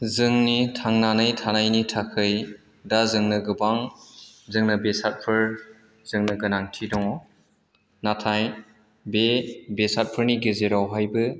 जोंनि थांनानै थानायनि थाखाय दा जोंनो गोबां जोंनो बेसादफोर जोंनो गोनांथि दङ नाथाय बे बेसादफोरनि गेजेरावहायबो